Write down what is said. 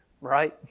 Right